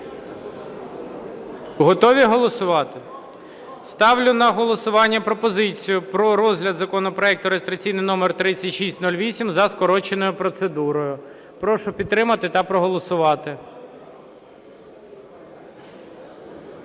Готові голосувати? Ставлю на голосування пропозицію про розгляд законопроекту реєстраційний номер 3608 за скороченою процедурою. Прошу підтримати та проголосувати.